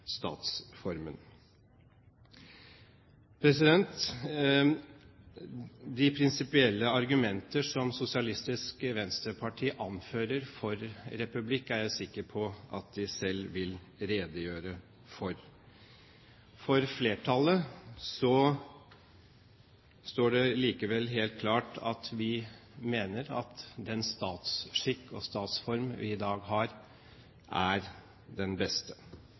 De prinsipielle argumenter som Sosialistisk Venstreparti anfører for republikk, er jeg sikker på at de selv vil redegjøre for. For flertallet står det likevel helt klart at vi mener at den statsskikk og statsform vi i dag har, er den beste.